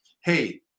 hey